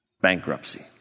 bankruptcy